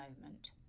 moment